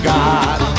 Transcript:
God